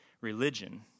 religion